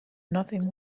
nothing